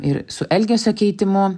ir su elgesio keitimu